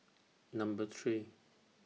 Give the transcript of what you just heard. Number three